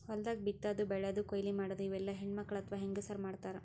ಹೊಲ್ದಾಗ ಬಿತ್ತಾದು ಬೆಳ್ಯಾದು ಕೊಯ್ಲಿ ಮಾಡದು ಇವೆಲ್ಲ ಹೆಣ್ಣ್ಮಕ್ಕಳ್ ಅಥವಾ ಹೆಂಗಸರ್ ಮಾಡ್ತಾರ್